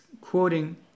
quoting